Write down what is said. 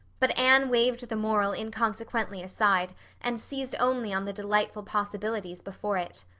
but anne waved the moral inconsequently aside and seized only on the delightful possibilities before it.